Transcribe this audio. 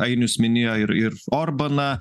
ainius minėjo ir ir orbaną